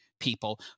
people